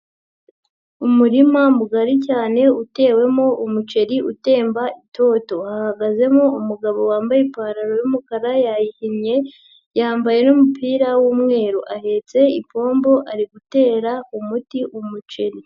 Umurima mugari cyane utewemo umuceri utemba itoto, hahagazemo umugabo wambaye ipantaro y'umukara yayihinnye yambaye n'umupira w'umweru, ahetse ipombo ari gutera umuti umuceri.